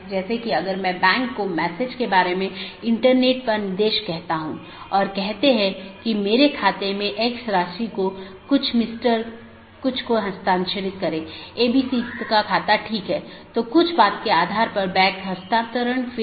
त्रुटि स्थितियों की सूचना एक BGP डिवाइस त्रुटि का निरीक्षण कर सकती है जो एक सहकर्मी से कनेक्शन को प्रभावित करने वाली त्रुटि स्थिति का निरीक्षण करती है